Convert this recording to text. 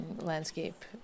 landscape